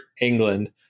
england